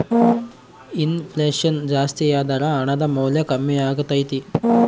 ಇನ್ ಫ್ಲೆಷನ್ ಜಾಸ್ತಿಯಾದರ ಹಣದ ಮೌಲ್ಯ ಕಮ್ಮಿಯಾಗತೈತೆ